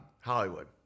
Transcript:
Hollywood